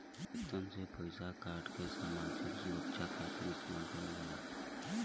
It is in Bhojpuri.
वेतन से पइसा काटके सामाजिक सुरक्षा खातिर इस्तेमाल करल जाला